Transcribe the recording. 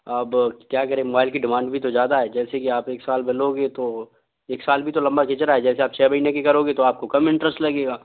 अब क्या करें मोबाइल की डिमांड भी तो ज़्यादा है जैसे कि आप एक साल भर लोगे तो एक साल भी तो लंबा खींच रहा है जैसे आप छह महीने की करोगे तो आपको कम इंट्रेस्ट लगेगा